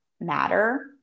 matter